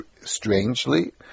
strangely